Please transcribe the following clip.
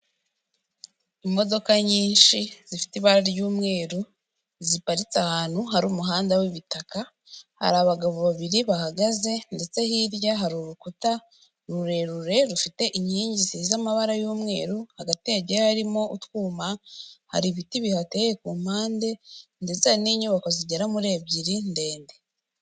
Imodoka nyinshi zifite ibara ry'umweru ziparitse ahantu hari umuhanda w'ibitaka hari abagabo babiri bahagaze ndetse hirya hari urukuta rurerure rufite inkingi z,amabara y'umweru hagati hagiye harimwo utwuma hari n,ibiti bihateye ku mpande ndetse n'inyubako zigera muri ebyiri ndende.